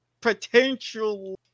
potential